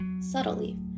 subtly